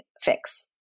fix